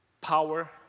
Power